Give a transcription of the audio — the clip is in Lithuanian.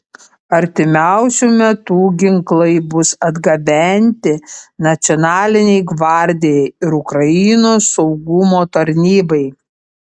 artimiausiu metu ginklai bus atgabenti nacionalinei gvardijai ir ukrainos saugumo tarnybai